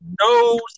no